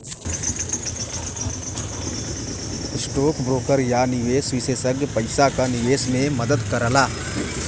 stock broker या निवेश विषेसज्ञ पइसा क निवेश में मदद करला